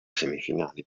semifinali